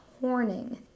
horning